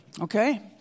Okay